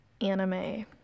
anime